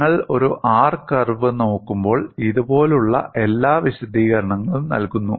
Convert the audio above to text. നിങ്ങൾ ഒരു R curve നോക്കുമ്പോൾ ഇതുപോലുള്ള എല്ലാ വിശദീകരണങ്ങളും നൽകുന്നു